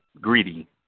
greedy